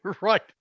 Right